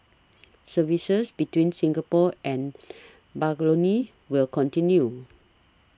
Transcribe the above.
services between Singapore and Barcelona will continue